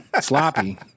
Sloppy